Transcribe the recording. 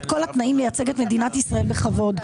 כל התנאים לייצג את מדינת ישראל בכבוד,